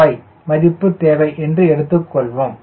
025 மதிப்பு தேவை என்று எடுத்துக்கொள்வோம்